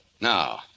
Now